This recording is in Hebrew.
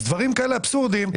אז דברים כאלה אבסורדיים,